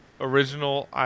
original